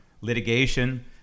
litigation